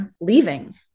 leaving